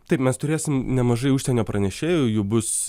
taip mes turėsim nemažai užsienio pranešėjų jų bus